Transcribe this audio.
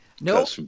No